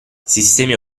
sistemi